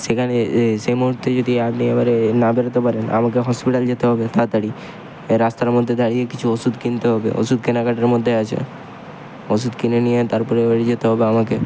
সেখানে এ সে মুহুর্তে যদি আপনি এবারে না বেরোতে পারেন আমাকে হসপিটাল যেতে হবে তাতাড়ি এই রাস্তার মদ্যে দাঁড়িয়ে কিছু ওষুদ কিনতে হবে ওষুদ কেনাকাটার মধ্যে আছে ওষুদ কিনে নিয়ে তারপরে বাড়ি যেতে হবে আমাকে